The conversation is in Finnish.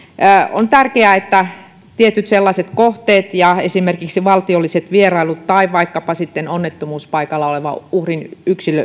on tärkeää että tietyt kohteet esimerkiksi valtiolliset vierailut tai vaikkapa sitten onnettomuuspaikalla olevan uhrin